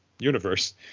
Universe